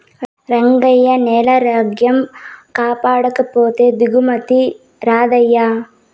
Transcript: రంగయ్యా, నేలారోగ్యం కాపాడకపోతే దిగుబడి రాదయ్యా